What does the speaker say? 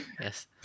Yes